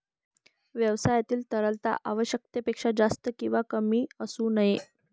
व्यवसायातील तरलता आवश्यकतेपेक्षा जास्त किंवा कमी असू नये